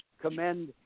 commend